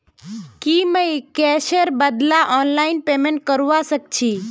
की मुई कैशेर बदला ऑनलाइन पेमेंट करवा सकेछी